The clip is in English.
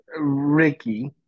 Ricky